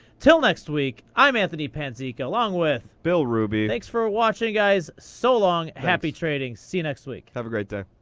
til next week, i'm anthony panzeca along with bill ruby. thanks for watching, guys. so long, happy trading. see you next week. have a great day.